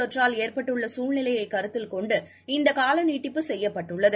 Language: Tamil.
தொற்றால் ஏற்பட்டுள்ளசூழ்நிலையைக் கருத்தில் கொண்டு இந்தநீட்டிப்பு செய்யப்பட்டுள்ளது